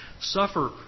suffer